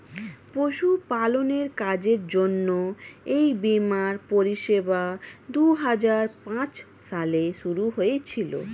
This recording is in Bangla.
পশুপালনের কাজের জন্য এই বীমার পরিষেবা দুহাজার পাঁচ সালে শুরু হয়েছিল